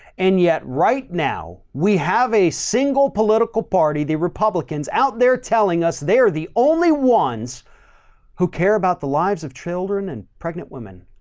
and yet right now we have a single political party. the republicans out there telling us they're the only ones who care about the lives of children and pregnant women.